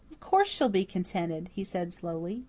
of course she'll be contented, he said slowly.